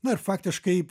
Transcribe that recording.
na ir faktiškai